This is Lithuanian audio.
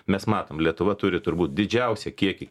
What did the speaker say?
mes matom lietuva turi turbūt didžiausią kiekį